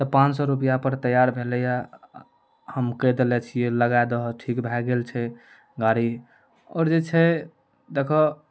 तऽ पाॅंच सए रुपैआ पर तैयार भेलैया हम कहि देने छियै लगाय दहऽ ठीक भऽ गेल छै गाड़ी आओर जे छै देखऽ